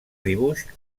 dibuix